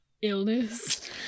Illness